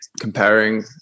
comparing